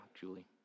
Julie